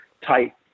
tight